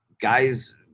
guys